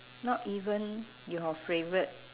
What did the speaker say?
not even your favourite